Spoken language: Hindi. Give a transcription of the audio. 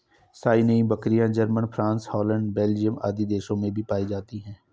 सानेंइ बकरियाँ, जर्मनी, फ्राँस, हॉलैंड, बेल्जियम आदि देशों में भी पायी जाती है